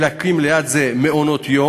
להקים ליד זה מעונות-יום,